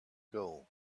gold